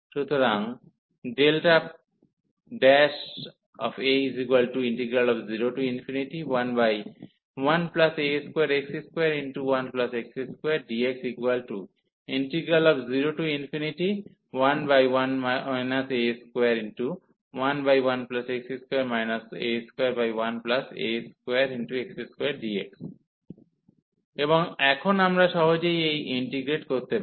সুতরাং a011a2x21x2dx011 a211x2 a21a2x2dx এবং এখন আমরা সহজেই এটি ইন্টীগ্রেট করতে পারি